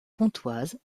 pontoise